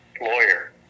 lawyer